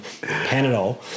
Panadol